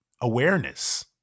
awareness